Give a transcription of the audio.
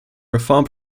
reform